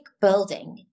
building